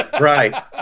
Right